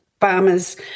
farmers